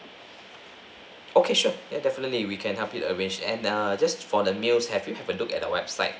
okay sure definitely we can help you to arrange and err just for the meals have you have a look at the website